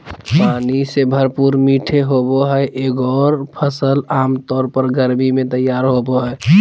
पानी से भरपूर मीठे होबो हइ एगोर फ़सल आमतौर पर गर्मी में तैयार होबो हइ